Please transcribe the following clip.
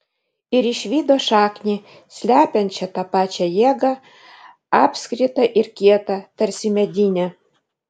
ir išvydo šaknį slepiančią tą pačią jėgą apskritą ir kietą tarsi medinę